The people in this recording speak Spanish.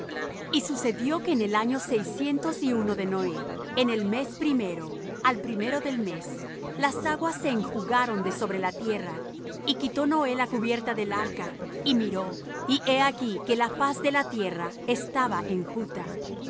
y sucedió que en el año seiscientos y uno de noé en el mes primero al primero del mes las aguas se enjugaron de sobre la tierra y quitó noé la cubierta del arca y miró y he aquí que la faz de la tierra estaba enjuta y en